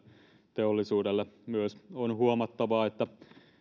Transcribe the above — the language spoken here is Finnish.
teollisuudelle myös on huomattava että